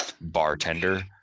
bartender